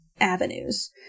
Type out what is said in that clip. avenues